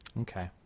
Okay